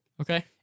Okay